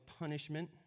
punishment